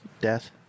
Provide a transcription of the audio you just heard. death